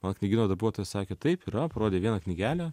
man knygyno darbuotoja sakė taip yra parodė vieną knygelę